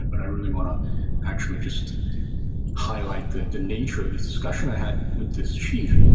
but i really want to actually just highlight the the nature of this discussion i had with this chief.